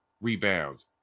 rebounds